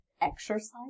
exercise